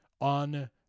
on